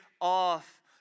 off